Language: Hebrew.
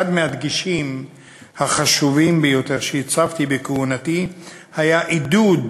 אחד מהדגשים החשובים ביותר שהצבתי בכהונתי היה עידוד